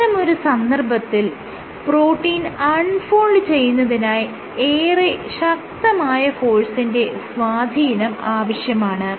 ഇത്തരമൊരു സന്ദർഭത്തിൽ protein unfold ചെയ്യുന്നതിനായി ഏറെ ശക്തമായ ഫോഴ്സിന്റെ സ്വാധീനം ആവശ്യമാണ്